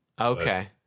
okay